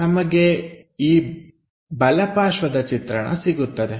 ನಮಗೆ ಈ ಬಲ ಪಾರ್ಶ್ವದ ಚಿತ್ರಣ ಸಿಗುತ್ತದೆ